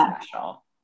special